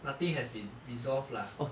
nothing has been resolved lah